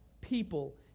people